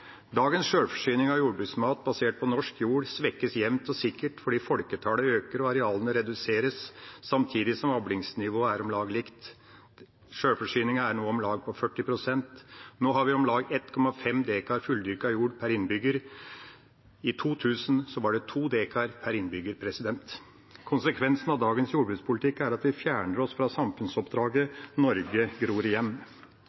Dagens sjølforsyning av jordbruksmat basert på norsk jord svekkes jevnt og sikkert fordi folketallet øker og arealene reduseres, samtidig som avlingsnivået er om lag uendret. Sjølforsyningen er nå på om lag på 40 pst. Nå har vi om lag 1,5 dekar fulldyrket jord per innbygger. I år 2000 var det 2 dekar per innbygger. Konsekvensen av dagens jordbrukspolitikk er at vi fjerner oss fra